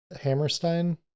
Hammerstein